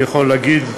אני יכול להגיד,